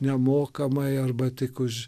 nemokamai arba tik už